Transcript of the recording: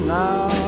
now